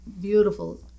beautiful